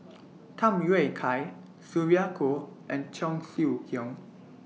Tham Yui Kai Sylvia Kho and Cheong Siew Keong